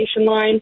line